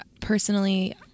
personally